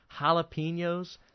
jalapenos